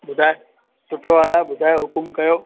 ॿुधाए सुठो हालु आहे ॿुधायो हुकुमु कयो